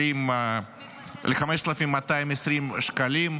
ל-5,220 שקלים,